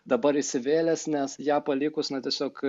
dabar įsivėlęs nes ją palikus na tiesiog